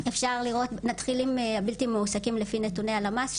נתחיל עם הבלתי המועסקים לפי נתוני הלמ"ס,